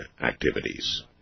activities